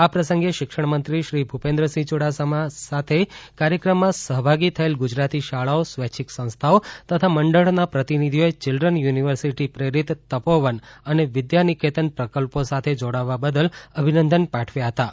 આ પ્રસંગે શિક્ષણમંત્રી શ્રી ભૂપેન્દ્ર સિંહ યુડાસમા સાથે કાર્યક્રમમાં સહભાગી થયેલ ગુજરાતી શાળાઓ સ્વૈચ્છિક સંસ્થાઓ તથા મંડળનાં પ્રતિનિધિઓને ચિલ્ડ્રન યુનિવર્સિટી પ્રેરીત તપોવન અને વિધાનિકેતન પ્રકલ્પો સાથે જોડાવા બદલ અભિનંદન પાઠવ્યા હતાં